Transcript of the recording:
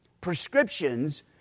prescriptions